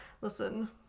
listen